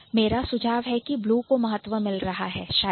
मेरा सुझाव है कि ब्लू को महत्व मिल रहा है शायद